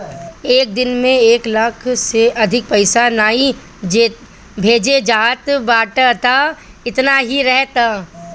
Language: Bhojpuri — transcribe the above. एक दिन में एक लाख से अधिका पईसा नाइ भेजे चाहत बाटअ तअ एतना ही रहे दअ